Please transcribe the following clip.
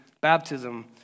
baptism